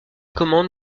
commande